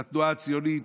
של התנועה הציונית,